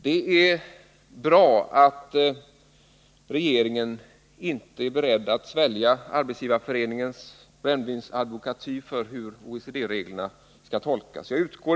Det är bra att regeringen inte är beredd att svälja Arbetsgivareföreningens brännvinsadvokatyr för hur OECD-reglerna skall tolkas.